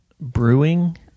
brewing